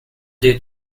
due